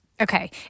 Okay